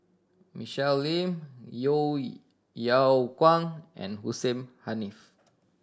Michelle Lim Yeo Yeow Kwang and Hussein Haniff